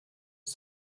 das